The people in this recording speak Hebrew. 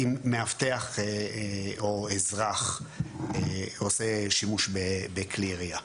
לגבי מה קורה אם מאבטח או אזרח עושה שימוש בכלי ירייה.